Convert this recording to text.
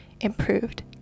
improved